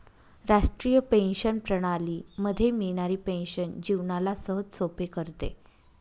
राष्ट्रीय पेंशन प्रणाली मध्ये मिळणारी पेन्शन जीवनाला सहजसोपे करते